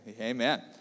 Amen